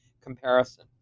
comparison